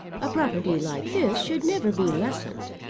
a property like this should never be lessened.